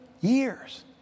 years